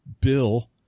Bill